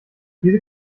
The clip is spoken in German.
diese